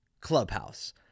Clubhouse